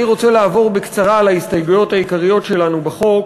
אני רוצה לעבור בקצרה על ההסתייגויות העיקריות שלנו בחוק